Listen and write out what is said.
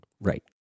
right